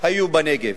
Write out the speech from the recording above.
היו בנגב.